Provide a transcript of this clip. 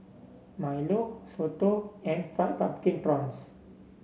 milo soto and Fried Pumpkin Prawns